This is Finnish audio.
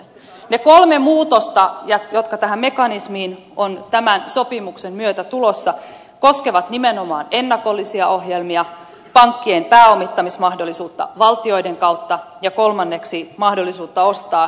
ne kolme muutosta jotka tähän mekanismiin ovat tämän sopimuksen myötä tulossa koskevat nimenomaan ennakollisia ohjelmia pankkien pääomittamismahdollisuutta valtioiden kautta ja kolmanneksi mahdollisuutta ostaa joukkovelkakirjoja jälkimarkkinoilta